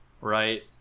right